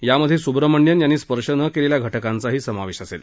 यामधे सुब्रमण्यन यांनी स्पर्श न केलेल्या घटकांचाही समावेश असेल